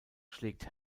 schlägt